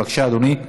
בבקשה, אדוני.